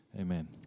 Amen